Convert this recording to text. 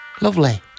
Lovely